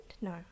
No